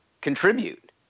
contribute